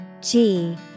-G